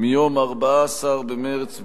מיום 14 במרס